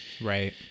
Right